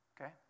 Okay